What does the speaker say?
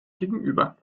gegenüber